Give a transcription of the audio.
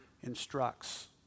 instructs